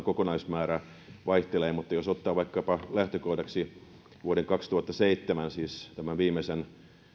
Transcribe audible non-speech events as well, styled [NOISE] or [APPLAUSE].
[UNINTELLIGIBLE] kokonaismäärä vaihtelee mutta jos ottaa lähtökohdaksi vaikkapa vuoden kaksituhattaseitsemän siis viimeisen